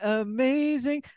amazing